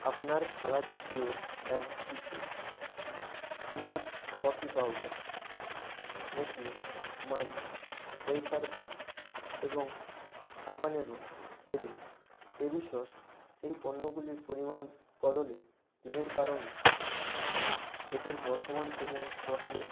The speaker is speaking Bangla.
আপনার ফালাদা পিওর অ্যান্ড শিশোর smooth coffee powder Nestle Munch wafer bar এবং হাবানেরো পেরিপেরি সস এই পণ্যগুলির পরিমাণ বদলে দিনের কারণ এদের বর্তমান পরিমাণ স্টকে নেই